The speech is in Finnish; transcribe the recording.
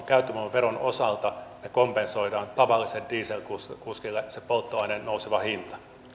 käyttövoimaveron osalta me kompensoimme tavalliselle dieselkuskille sen polttoaineen nousevan hinnan